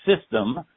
system